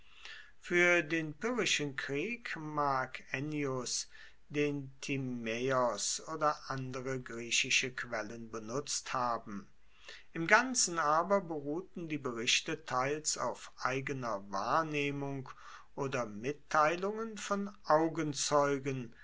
fuer den pyrrhischen krieg mag ennius den timaeos oder andere griechische quellen benutzt haben im ganzen aber beruhten die berichte teils auf eigener wahrnehmung oder mitteilungen von augenzeugen